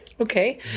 Okay